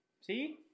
See